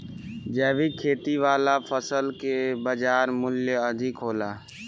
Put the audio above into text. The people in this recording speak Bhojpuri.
जैविक खेती वाला फसल के बाजार मूल्य अधिक होला